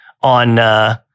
on